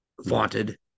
vaunted